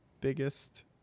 biggest